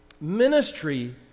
Ministry